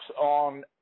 on